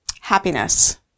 happiness